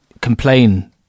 complain